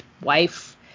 wife